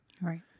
Right